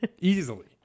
Easily